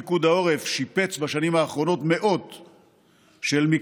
פיקוד העורף שיפץ בשנים האחרונות מאות מקלטים,